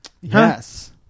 Yes